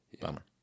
bummer